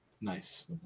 Nice